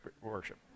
worship